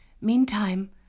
Meantime